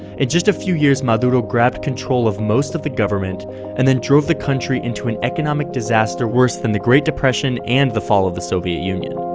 just a few years, maduro grabbed control of most of the government and then drove the country into an economic disaster worse than the great depression and the fall of the soviet union.